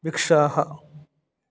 वृक्षाः